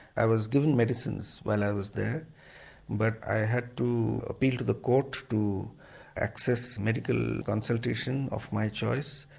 i was given medicines while i was there but i had to appeal to the court to access medical consultation of my choice.